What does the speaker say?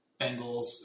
Bengals